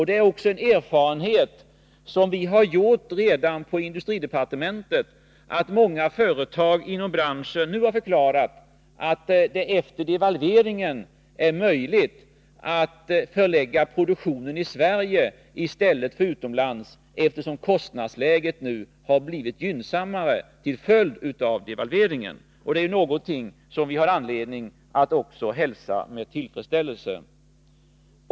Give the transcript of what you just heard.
Det är också en erfarenhet som vi redan har gjort inom industridepartementet, att många företag inom branschen nu har förklarat, att det efter devalveringen är möjligt att förlägga produktionen i Sverige i stället för utomlands, eftersom kostnadsläget nu har blivit gynnsammare. Det är någonting som vi har anledning att hälsa med tillfredsställelse.